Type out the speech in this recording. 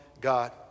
God